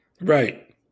Right